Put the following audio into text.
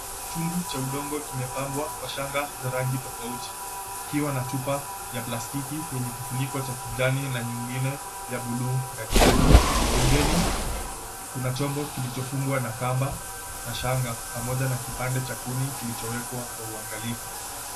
Chungu cha udongo kimepambwa kwa shanga za rangi tofauti, ikiwa na chupa ya plastiki yenye kifuniko cha kijani na nyingine ya buluu ndani yake. Pembeni kuna chombo kilichofungwa na kamba na shanga pamoja na kipande cha kuni kilichowekwa kwa uangalifu.